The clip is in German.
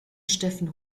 steffen